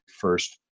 first